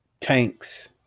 tanks